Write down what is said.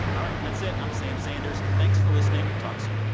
all right, that's it. i'm sam sanders. thanks for listening. talk soon